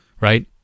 right